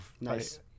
Nice